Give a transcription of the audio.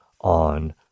on